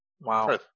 Wow